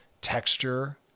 texture